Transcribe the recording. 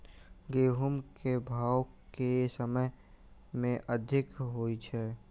गेंहूँ केँ भाउ केँ समय मे अधिक होइ छै?